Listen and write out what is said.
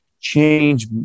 change